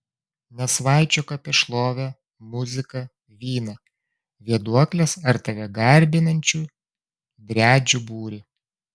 nesvaičiok apie šlovę muziką vyną vėduokles ar tave garbinančių driadžių būrį